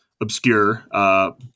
obscure